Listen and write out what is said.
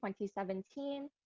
2017